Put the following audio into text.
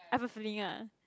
I have a feeling ah